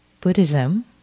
buddhism